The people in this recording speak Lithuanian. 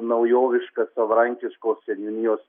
naujoviškas savarankiškos seniūnijos